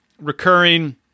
recurring